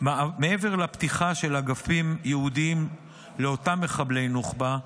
מעבר לפתיחה של אגפים ייעודיים לאותם מחבלי נוח'בה,